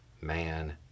man